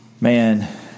man